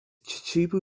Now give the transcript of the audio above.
chichibu